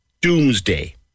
Doomsday